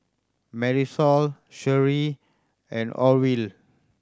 Marisol Sheri and Orvil